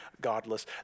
godless